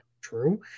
true